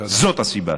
זאת הסיבה.